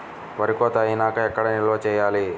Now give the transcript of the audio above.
వరి కోత అయినాక ఎక్కడ నిల్వ చేయాలి?